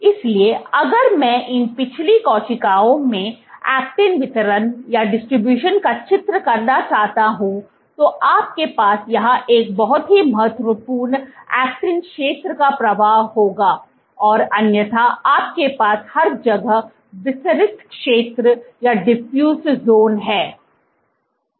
इसलिए अगर मैं इन पिछली कोशिकाओं में एक्टिन वितरण का चित्र करना चाहता हूं तो आपके पास यहां एक बहुत ही महत्वपूर्ण एक्टिन क्षेत्र का प्रवाह होगा और अन्यथा आपके पास हर जगह विसरित क्षेत्र हैं